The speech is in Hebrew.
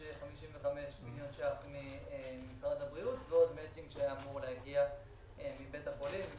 55 מיליון שקל ממשרד הבריאות ועוד מאצ'ינג שהיה אמור להגיע מבית החולים.